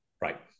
Right